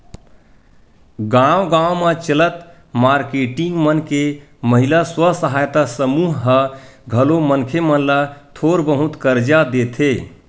गाँव गाँव म चलत मारकेटिंग मन के महिला स्व सहायता समूह ह घलो मनखे मन ल थोर बहुत करजा देथे